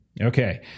Okay